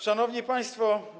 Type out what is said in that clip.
Szanowni Państwo!